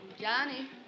Johnny